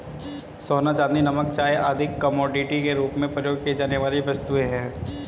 सोना, चांदी, नमक, चाय आदि कमोडिटी के रूप में प्रयोग की जाने वाली वस्तुएँ हैं